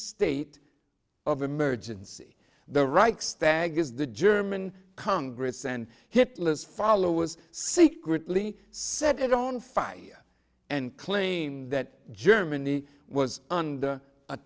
state of emergency the reichstag is the german congress and hitler's follow was secretly set it on fire and claimed that germany was under a